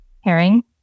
herring